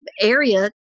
area